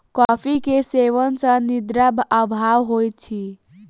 coffee के सेवन सॅ निद्रा अभाव होइत अछि